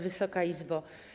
Wysoka Izbo!